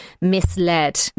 misled